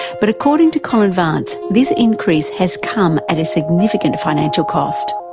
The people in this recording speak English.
but according to colin vance this increase has come at a significant financial cost.